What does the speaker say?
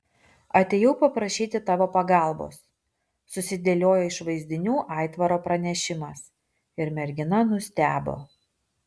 atėjau paprašyti tavo pagalbos susidėliojo iš vaizdinių aitvaro pranešimas ir mergina nustebo